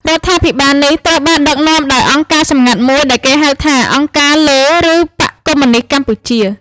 រដ្ឋាភិបាលនេះត្រូវបានដឹកនាំដោយអង្គការសម្ងាត់មួយដែលគេហៅថា «អង្គការលើ» ឬបក្សកុម្មុយនីស្តកម្ពុជា។